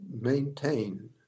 maintain